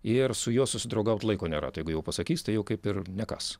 ir su juo susidraugaut laiko nėra tai jeigu jau pasakys tai jau kaip ir nekas